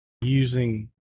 using